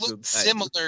Similar